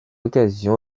occasion